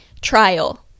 trial